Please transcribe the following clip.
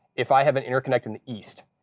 if i have an interconnect in the east,